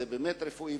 זה באמת רפואי,